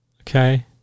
Okay